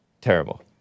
terrible